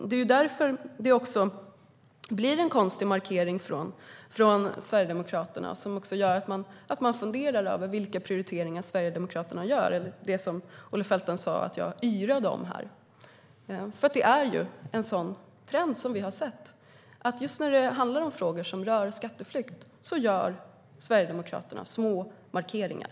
Därför blir det också en konstig markering från Sverigedemokraterna som gör att man funderar över vilka prioriteringar ni gör. Det var alltså det som Olle Felten sa att jag yrade om här. Just när det handlar om frågor om skatteflykt har vi sett en trend att Sverigedemokraterna gör små markeringar.